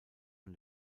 von